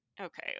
okay